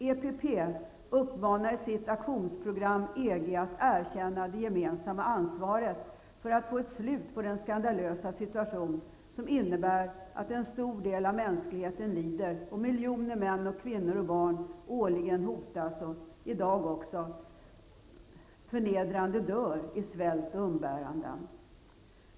EPP uppmanar i sitt aktionsprogram EG att erkänna det gemensamma ansvaret för att få ett slut på den skandalösa situation som innebär att en stor del av mänskligheten lider och att miljoner män, kvinnor och barn årligen hotas av förnedrande död i svält och umbäranden.